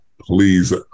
Please